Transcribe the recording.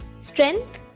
Strength